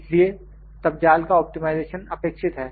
इसलिए तब जाल का ऑप्टिमाइजेशन अपेक्षित है